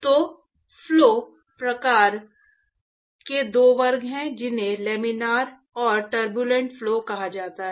तो फ्लो प्रकार के दो वर्ग हैं जिन्हें लामिनार एंड टर्बूलेंट फ्लो कहा जाता है